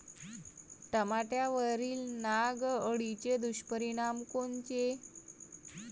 टमाट्यावरील नाग अळीचे दुष्परिणाम कोनचे?